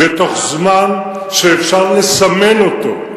ובתוך זמן שאפשר לסמן אותו,